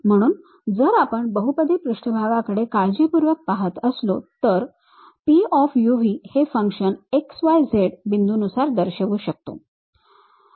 म्हणून जर आपण त्या बहुपदी पृष्ठभागाकडे कडे काळजीपूर्वक पाहत असलो तर Puv हे फंक्शन x y z बिंदूनुसार दर्शवू शकतो